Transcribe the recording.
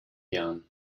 jahren